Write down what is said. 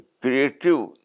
creative